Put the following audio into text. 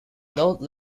note